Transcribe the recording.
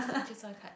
okay choose one card